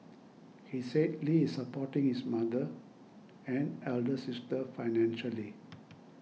he said Lee is supporting his mother and elder sister financially